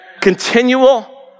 continual